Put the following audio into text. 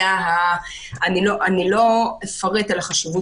אני לא אפרט על החשיבות,